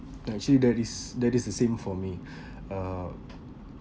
actually that is that is the same for me uh